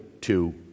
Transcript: two